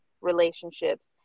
relationships